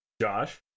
Josh